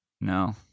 No